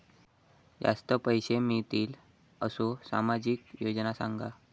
जास्ती पैशे मिळतील असो सामाजिक योजना सांगा?